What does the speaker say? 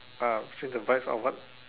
ah change the vibes ah what